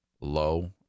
low